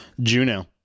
Juno